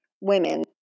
women